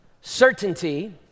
certainty